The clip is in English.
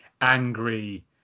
angry